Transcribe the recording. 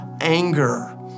anger